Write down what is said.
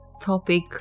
topic